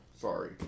sorry